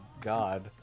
god